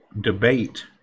debate